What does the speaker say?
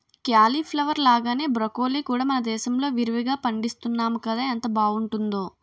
cauliflower లాగానే broccoli కూడా మనదేశంలో విరివిరిగా పండిస్తున్నాము కదా ఎంత బావుంటుందో